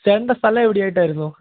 ചേട്ടൻ്റെ സ്ഥലം എവിടെയായിട്ടായിരുന്നു